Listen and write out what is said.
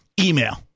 email